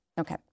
Okay